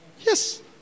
Yes